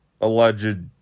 alleged